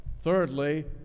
Thirdly